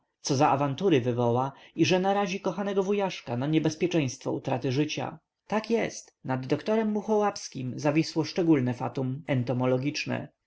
co za awantury wywoła i że narazi kochanego wujaszka na niebezpieczeństwo utraty życia tak jest nad dem muchołapskim zawisło szczególne fatum entomologiczne